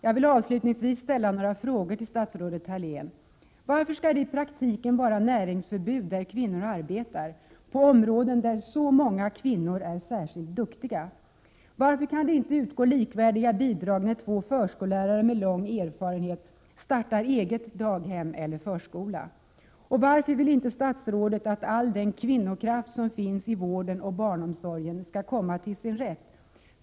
Jag vill avslutningsvis ställa några frågor till statsrådet Thalén: Varför skall det i praktiken vara näringsförbud där kvinnor arbetar — på områden där så många kvinnor är särskilt duktiga? Varför kan det inte utgå likvärdiga bidrag när två förskollärare med lång erfarenhet startar ”eget” daghem eller förskola? Varför vill inte statsrådet att all den kvinnokraft som finns i vården och barnomsorgen skall komma till sin rätt?